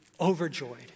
overjoyed